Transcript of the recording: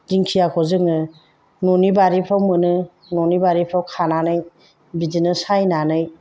दिंखियाखौ जोङो न'नि बारिफ्राव मोनो न'नि बारिफ्राव खानानै बिदिनो सायनानै